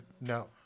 no